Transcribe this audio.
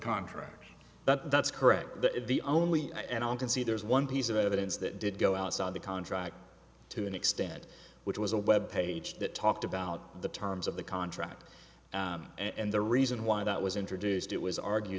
contract but that's correct the only and on can see there's one piece of evidence that did go outside the contract to an extent which was a web page that talked about the terms of the contract and the reason why that was introduced it was argue